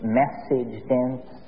message-dense